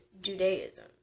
Judaism